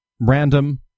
random